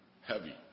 Heavy